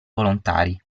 volontari